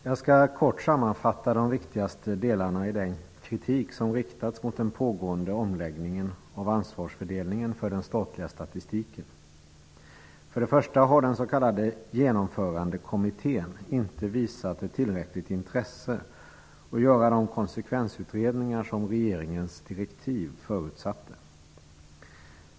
Herr talman! Jag skall kort sammanfatta de viktigaste delarna i den kritik som riktats mot den pågående omläggningen av ansvarsfördelningen för den statliga statistiken. För det första har den s.k. genomförandekommittén inte visat ett tillräckligt intresse att göra de konsekvensutredningar som regeringens direktiv förutsatte.